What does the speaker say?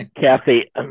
Kathy